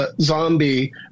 zombie